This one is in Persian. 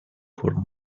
پلو